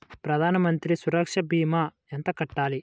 ప్రధాన మంత్రి సురక్ష భీమా ఎంత కట్టాలి?